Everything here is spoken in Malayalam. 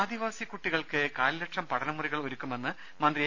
ആദിവാസി കുട്ടികൾക്ക് കാൽലക്ഷം പഠനമുറികൾ ഒരുക്കുമെന്ന് മന്ത്രി എ